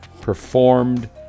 performed